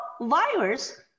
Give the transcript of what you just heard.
virus